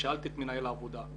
שאלתי את מנהל העבודה,